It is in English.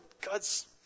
God's